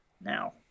Now